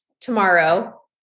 tomorrow